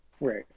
Right